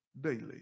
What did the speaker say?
daily